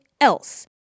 else